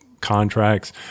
contracts